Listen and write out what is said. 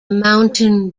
mountain